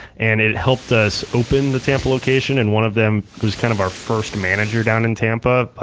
and it helped us open the tampa location, and one of them was kind of our first manager down in tampa, ah